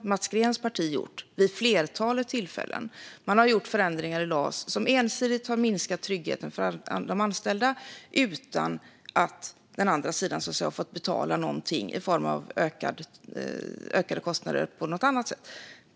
Man har gjort förändringar i LAS som ensidigt har minskat tryggheten för de anställda utan att den andra sidan har fått betala någonting i form av ökade kostnader på något annat sätt.